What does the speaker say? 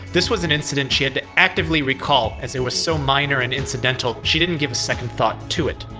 this was an incident she had to actively recall as it was so minor and incidental she didn't give a second thought to it.